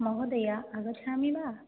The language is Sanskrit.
महोदय आगच्छामि वा